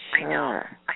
Sure